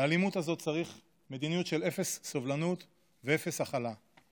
לאלימות הזאת צריך מדיניות של אפס סובלנות ואפס הכלה.